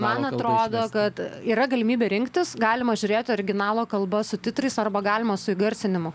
man atrodo kad yra galimybė rinktis galima žiūrėti originalo kalba su titrais arba galima su įgarsinimu